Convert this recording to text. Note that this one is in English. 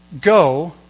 go